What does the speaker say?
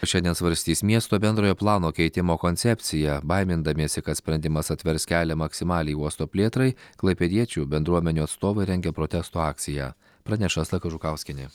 šiandien svarstys miesto bendrojo plano keitimo koncepciją baimindamiesi kad sprendimas atvers kelią maksimaliai uosto plėtrai klaipėdiečių bendruomenių atstovai rengia protesto akciją praneša asta kažukauskienė